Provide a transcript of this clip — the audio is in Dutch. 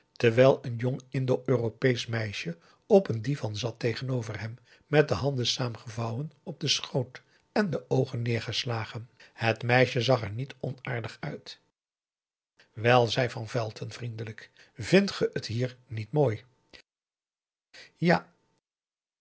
terwijl een jong indo europeesch meisje op een divan zat tegenover hem met de handen saamgevouwen op den schoot en de oogen neergeslagen het meisje zag er niet onaardig uit wel zei van velton vriendelijk vindt ge het hier niet mooi ja